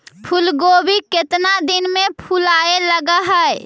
फुलगोभी केतना दिन में फुलाइ लग है?